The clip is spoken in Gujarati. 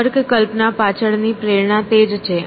તર્ક કલ્પના પાછળની પ્રેરણા તે જ છે